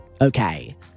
Okay